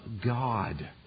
God